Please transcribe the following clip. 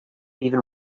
even